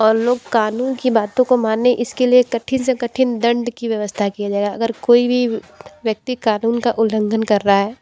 और लोग कानून की बातों को माने इसके लिए कठिन से कठिन दंड की व्यवस्था किया जाएगा अगर कोई भी व्यक्ति कानून का उल्लंघन कर रहा है